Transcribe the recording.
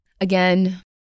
Again